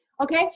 Okay